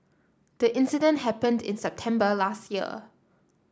the incident happened in September last year